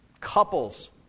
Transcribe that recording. couples